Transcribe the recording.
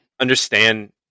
understand